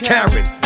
Karen